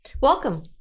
welcome